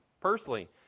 personally